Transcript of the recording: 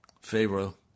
Pharaoh